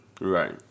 Right